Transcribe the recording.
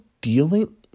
dealing